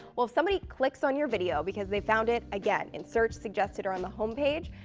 well, if somebody clicks on your video because they found it, again, in search, suggested, or on the home page,